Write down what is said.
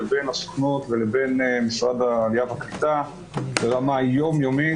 לבין הסוכנות ומשרד העלייה והקליטה ברמה יום-יומית.